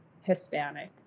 Hispanic